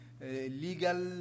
legal